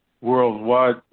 Worldwide